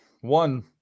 one